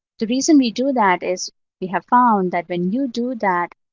the reason we do that is we have found that when you do that,